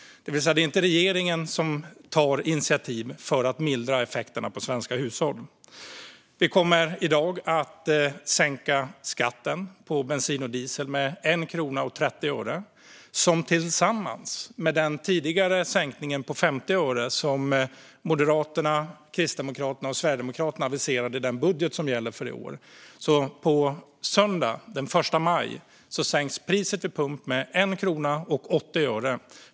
Det är alltså inte regeringen som tar initiativ för att mildra effekterna för svenska hushåll. Vi kommer i dag att sänka skatten på bensin och diesel med 1 krona och 30 öre. Tillsammans med den tidigare sänkning på 50 öre som Moderaterna, Kristdemokraterna och Sverigedemokraterna aviserade i den budget som gäller i år leder detta till att på söndag, den 1 maj, sänks priset vid pump med 1 krona och 80 öre.